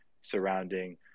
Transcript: surrounding